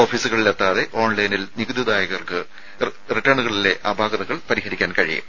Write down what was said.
ഓഫീസുകളിൽ എത്താതെ ഓൺലൈനിൽ നികുതി ദായകർക്ക് റിട്ടേണുകളിലെ അപാകതകൾ പരിഹരിക്കാൻ കഴിയും